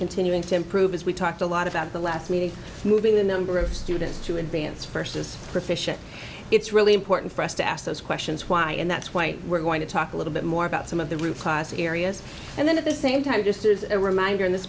continuing to improve as we talked a lot about the last meeting moving the number of students to advance versus proficiency it's really important for us to ask those questions why and that's why we're going to talk a little bit more about some of the roof classic areas and then at the same time just as a reminder